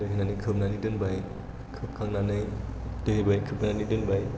दै होनानै खोबनानै दोनबाय खोबखांनानै दै होबाय खोबनानै दोनबाय